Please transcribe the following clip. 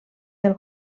del